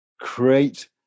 create